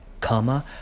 comma